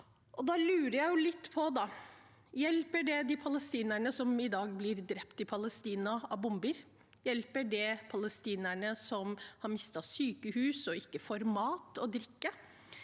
da lurer jeg litt på: Hjelper det de palestinerne som i dag blir drept i Palestina av bomber? Hjelper det palestinerne som har mistet sykehus, og som ikke får mat og drikke?